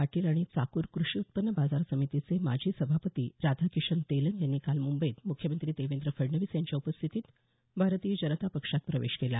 पाटील आणि चाकूर कृषी उत्पन्न बाजार समितीचे माजी सभापती राधाकिशन तेलंग यांनी काल मुंबईत मुख्यमंत्री देवेंद्र फडणवीस यांच्या उपस्थितीत भारतीय जनता पक्षात प्रवेश केला